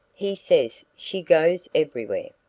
he says she goes everywhere.